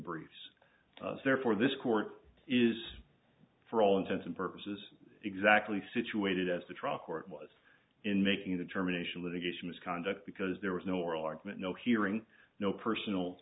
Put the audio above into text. breeze therefore this court is for all intents and purposes exactly situated as the trial court was in making the determination litigation misconduct because there was no oral argument no hearing no personal